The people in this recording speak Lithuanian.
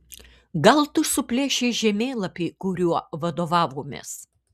gal tu suplėšei žemėlapį kuriuo vadovavomės